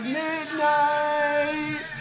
midnight